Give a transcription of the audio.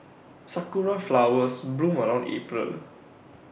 Sakura Flowers bloom around April